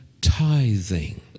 tithing